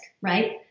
right